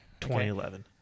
2011